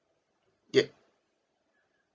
yup